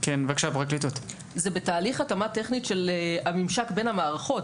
זה בתהליך התאמה טכנית של הממשק בין המערכות.